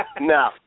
No